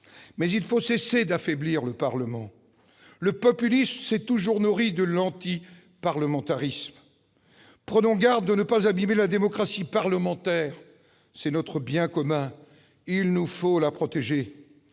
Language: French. mais il faut cesser d'affaiblir le Parlement. Le populisme s'est toujours nourri de l'antiparlementarisme. Prenons garde de ne pas abîmer la démocratie parlementaire : c'est notre bien commun, il nous faut la protéger.